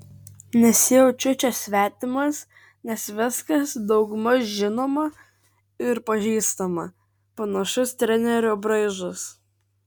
nesijaučiu čia svetimas nes viskas daugmaž žinoma ir pažįstama panašus trenerio braižas